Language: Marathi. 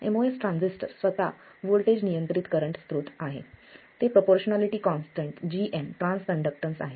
एमओएस ट्रान्झिस्टर स्वतः व्होल्टेज नियंत्रित करंट स्रोत आहे ते proportionality constant gm transconductance आहेत